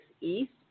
East